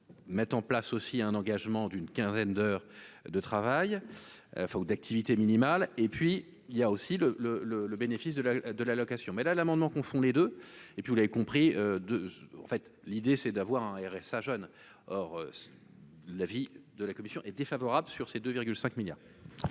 met en place aussi un engagement d'une quinzaine d'heures de travail enfin ou d'activité minimale et puis il y a aussi le le le le bénéfice de la, de l'allocation, mais la l'amendement confond les deux et puis vous l'avez compris de en fait l'idée c'est d'avoir un RSA jeune, or l'avis de la commission est défavorable, sur ces 2,5 milliards.